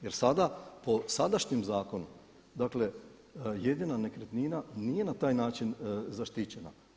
Jer sada po sadašnjem zakonu, dakle jedina nekretnina nije na taj način zaštićena.